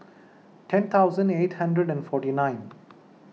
ten thousand eight hundred and forty nine